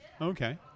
Okay